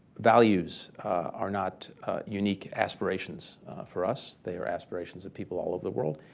values are not unique aspirations for us. they are aspirations that people all over the world.